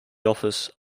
office